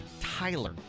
Tyler